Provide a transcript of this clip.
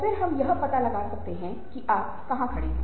Berkeley में greater good का एक केंद्र है